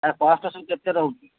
ତାର କଷ୍ଟ୍ ସବୁ କେତେ ରହୁଛି